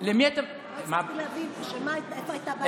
לא הצלחתי להבין איפה הייתה הבעיה.